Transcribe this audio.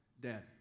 dead